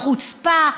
החוצפה,